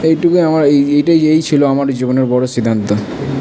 এইটুকুই আমার এইটাই এই ছিলো আমার জীবনের বড়ো সিদ্ধান্ত